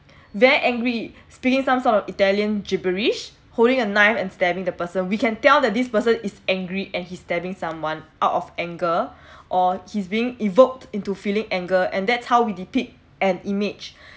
very angry spilling some sort of italian gibberish holding a knife and stabbing the person we can tell that this person is angry and he stabbing someone out of anger or he's being evoked into feeling anger and that's how we depict an image